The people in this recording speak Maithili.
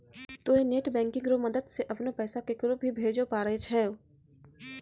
तोंय नेट बैंकिंग रो मदद से अपनो पैसा केकरो भी भेजै पारै छहो